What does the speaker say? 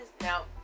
Now